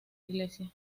iglesia